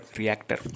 reactor